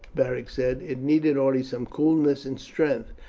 beric said. it needed only some coolness and strength,